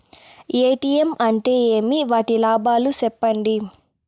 ATM అంటే ఏమి? వాటి లాభాలు సెప్పండి?